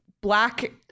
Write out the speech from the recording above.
black